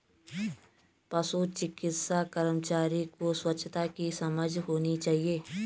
पशु चिकित्सा कर्मचारी को स्वच्छता की समझ होनी चाहिए